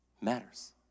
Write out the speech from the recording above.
matters